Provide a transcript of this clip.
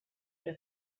der